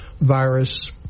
virus